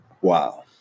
Wow